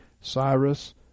Cyrus